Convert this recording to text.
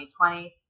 2020